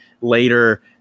later